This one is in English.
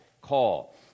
call